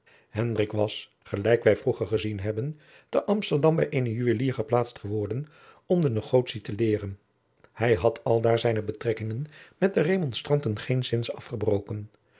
was gelijk wij vroeger gezien hebben te amsterdam bij eenen juwelier geplaatst geworden om de negotie te leeren hij had aldaar zijne betrekkingen met de remonstranten geenszins afgebroken